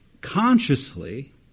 consciously